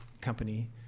company